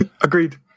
Agreed